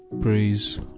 praise